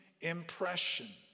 impression